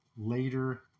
later